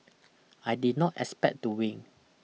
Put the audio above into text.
I did not expect to win